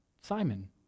Simon